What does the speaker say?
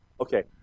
Okay